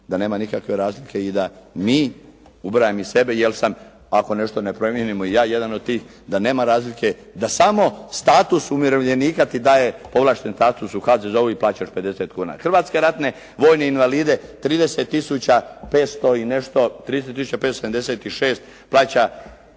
da nema nikakve razlike i da mi, ubrajam i sebe jer sam ako nešto ne promijenimo i ja jedan od tih, da nema razlike da samo status umirovljenika ti daje povlašten status u HZZO-u i plaćaš 50 kuna. Hrvatske ratne vojne invalide 30 tisuća 576 plaća